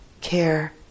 care